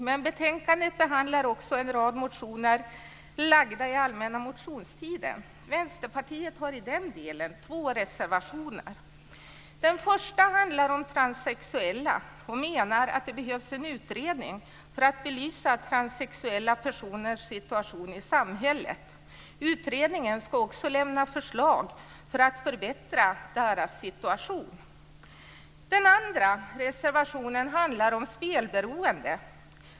Men i betänkandet behandlas också en rad motioner från den allmänna motionstiden. Vänsterpartiet har i den delen två reservationer. Den första handlar om transsexuella. Vi menar att det behövs en utredning för att belysa transsexuella personers situation i samhället. Utredningen ska också lämna förslag för att förbättra deras situation. Den andra reservationen handlar om spelberoende.